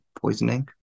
poisoning